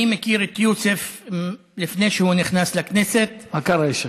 אני מכיר את יוסף מלפני שהוא נכנס לכנסת, מה קרה?